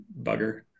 bugger